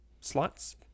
slots